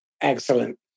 Excellent